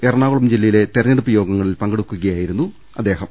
എറണാകുളം ജില്ലയിലെ തെരഞ്ഞെടുപ്പ് യോഗങ്ങ ളിൽ പങ്കെടുക്കുകയായിരുന്നു അദ്ദേഹം